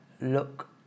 look